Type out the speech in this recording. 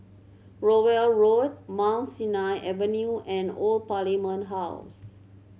Rowell Road Mount Sinai Avenue and Old Parliament House